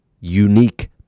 unique